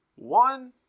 One